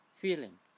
feeling